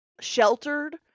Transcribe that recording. sheltered